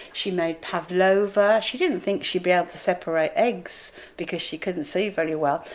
she made pavlova. she didn't think she'd be able to separate eggs because she couldn't see very well,